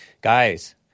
Guys